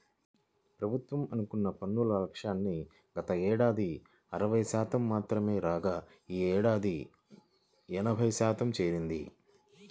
ప్రభుత్వం అనుకున్న పన్నుల లక్ష్యానికి గతేడాది అరవై శాతం మాత్రమే రాగా ఈ యేడు ఎనభై శాతానికి చేరింది